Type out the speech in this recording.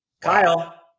kyle